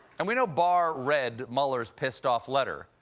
and we know barr read mueller's pissed-off letter,